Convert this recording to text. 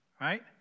right